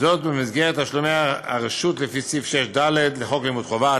זאת במסגרת תשלומי הרשות לפי סעיף 6(ד) לחוק לימוד חובה,